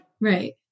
Right